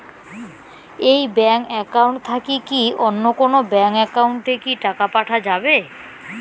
এই bank account থাকি কি অন্য কোনো ব্যাংক একাউন্ট এ কি টাকা পাঠা যাবে?